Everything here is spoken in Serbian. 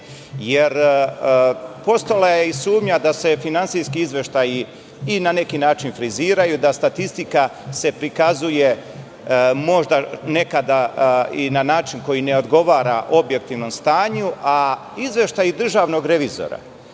jer postojala je sumnja da se finansijski izveštaji na neki način friziraju, da se statistika prikazuje možda nekada i na način na koji ne odgovara objektivnom stanju, a izveštaji državnog revizora,